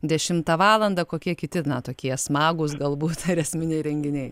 dešimtą valandą kokie kiti na tokie smagūs galbūt ir esminiai renginiai